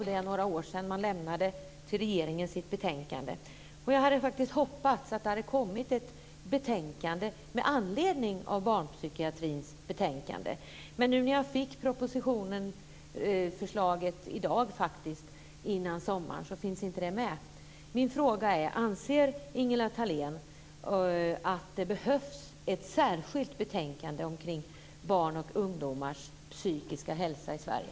Det är några år sedan man lämnade sitt betänkande till regeringen. Jag hade faktiskt hoppats att det hade kommit ett förslag med anledning av barnpsykiatrins betänkande. Men nu när jag fick förslaget i dag finns inte det med innan sommaren. Min fråga är: Anser Ingela Thalén att det behövs ett särskilt betänkande omkring barn och ungdomars psykiska hälsa i Sverige?